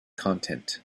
content